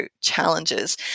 challenges